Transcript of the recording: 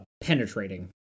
penetrating